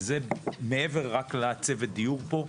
וזה מעבר רק לצוות דיור פה,